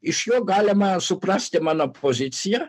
iš jo galima suprasti mano poziciją